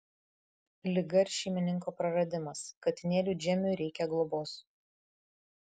liga ir šeimininko praradimas katinėliui džemui reikia globos